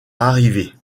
arrivée